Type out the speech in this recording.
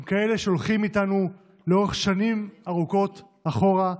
הם כאלה שהולכים איתנו לאורך שנים ארוכות אחורה,